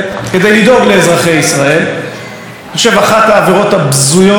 אני חושב שזו אחת העבירות הבזויות שאפשר לבצע.